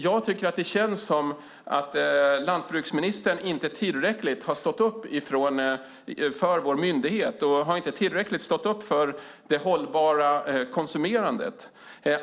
Jag tycker att det känns som att lantbruksministern inte har stått upp tillräckligt för vår myndighet och för det hållbara konsumerandet.